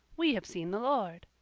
we have seen the lord!